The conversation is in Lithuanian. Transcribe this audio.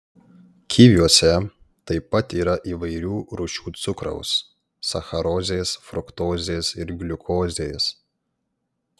kiviuose taip pat yra įvairių rūšių cukraus sacharozės fruktozės ir gliukozės